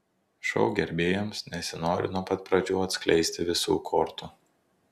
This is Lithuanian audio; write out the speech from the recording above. šou gerbėjams nesinori nuo pat pradžių atskleisti visų kortų